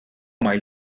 mile